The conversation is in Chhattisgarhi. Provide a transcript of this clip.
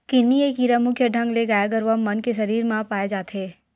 किन्नी ए कीरा मुख्य ढंग ले गाय गरुवा मन के सरीर म पाय जाथे